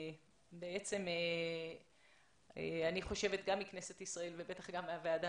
אני חושבת גם מכנסת ישראל ובטח מהוועדה